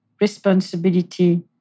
responsibility